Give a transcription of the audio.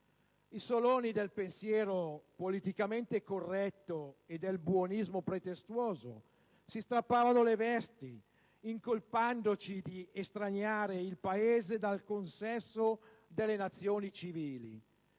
I Soloni del pensiero politicamente corretto e del buonismo pretestuoso si strappavano le vesti, incolpandoci di estraniare il Paese dal consesso delle Nazioni civili.